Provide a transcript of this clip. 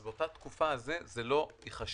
באותה תקופה זה לא ייחשב,